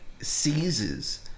seizes